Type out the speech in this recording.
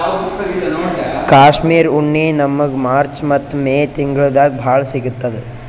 ಕಾಶ್ಮೀರ್ ಉಣ್ಣಿ ನಮ್ಮಗ್ ಮಾರ್ಚ್ ಮತ್ತ್ ಮೇ ತಿಂಗಳ್ದಾಗ್ ಭಾಳ್ ಸಿಗತ್ತದ್